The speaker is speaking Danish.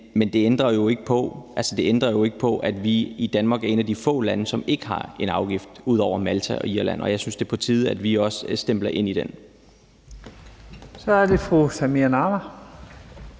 det. Det ændrer jo ikke på, at Danmark er et af de få lande, som ikke har en afgift, ud over Malta og Irland. Jeg synes, det er på tide, at vi også stempler ind der. Kl. 23:21 Første